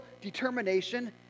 determination